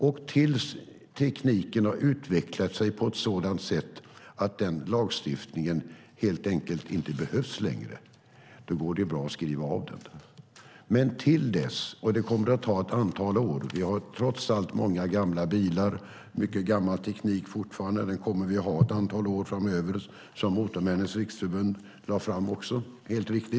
När tekniken har utvecklats på ett sådant sätt att den lagstiftningen helt enkelt inte behövs längre går det bra att skriva av detta. Men det kommer att ta ett antal år. Vi har trots allt många gamla bilar och mycket gammal teknik fortfarande, och det kommer vi att ha ett antal framöver, som också Motormännens Riksförbund helt riktigt sagt.